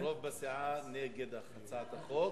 רוב בסיעה נגד הצעת החוק.